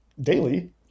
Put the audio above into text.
daily